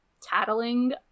tattling